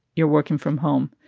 you're working from home.